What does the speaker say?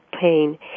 pain